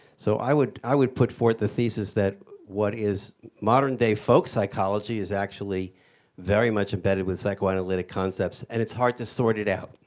so i would i would put forth the thesis that what is modern day folk psychology is actually very much embedded with psychoanalytic concepts, and it's hard to sort it out.